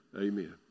amen